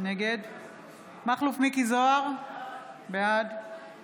נגד מכלוף מיקי זוהר, בעד